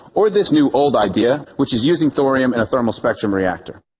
or this new-old idea, which is using thorium in a thermal spectrum reactor.